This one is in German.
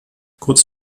kurz